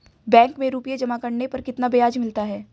Bank में रुपये जमा करने पर कितना ब्याज मिलता है?